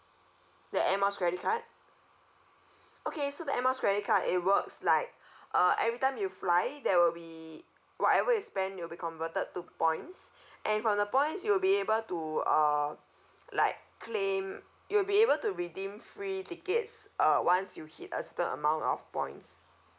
the air miles credit card okay so the air miles credit card it works like uh every time you fly there will be whatever you spend it'll be converted to points and from the points you'll be able to uh like claim you'll be able to redeem free tickets uh once you hit a certain amount of points